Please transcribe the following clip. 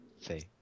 Say